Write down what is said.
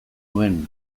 nuen